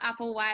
Applewhite